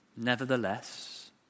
nevertheless